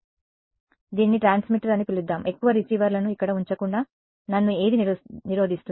కాబట్టి దీనిని ట్రాన్స్మిటర్ అని పిలుద్దాం ఎక్కువ రిసీవర్లను ఇక్కడ ఉంచకుండా నన్ను ఏది నిరోధిస్తుంది